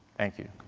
thank you.